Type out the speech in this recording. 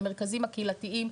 למרכזים הקהילתיים,